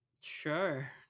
Sure